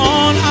on